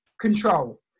control